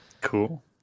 Cool